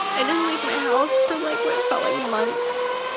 i didn't leave my house for, like, what felt like months.